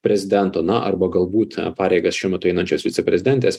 prezidento na arba galbūt pareigas šiuo metu einančios viceprezidentės